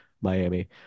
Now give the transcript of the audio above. Miami